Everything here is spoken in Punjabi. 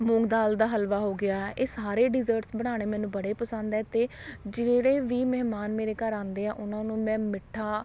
ਮੂੰਗ ਦਾਲ ਦਾ ਹਲਵਾ ਹੋ ਗਿਆ ਇਹ ਸਾਰੇ ਡੀਜ਼ਰਟਸ ਬਣਾਉਣੇ ਮੈਨੂੰ ਬੜੇ ਪਸੰਦ ਹੈ ਅਤੇ ਜਿਹੜੇ ਵੀ ਮਹਿਮਾਨ ਮੇਰੇ ਘਰ ਆਉਂਦੇ ਆ ਉਹਨਾਂ ਨੂੰ ਮੈਂ ਮਿੱਠਾ